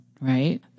right